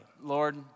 Lord